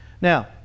Now